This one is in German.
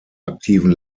aktiven